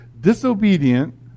disobedient